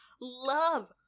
Love